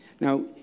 Now